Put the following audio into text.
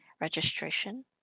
registration